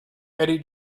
eddie